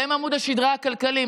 והם עמוד השדרה הכלכלי,